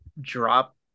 drop